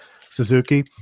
suzuki